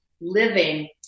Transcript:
Living